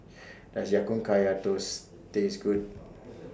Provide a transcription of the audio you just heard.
Does Ya Kun Kaya Toast Taste Good